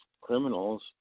criminals